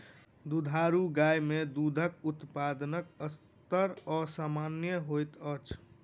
दुधारू गाय मे दूध उत्पादनक स्तर असामन्य होइत अछि